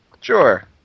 sure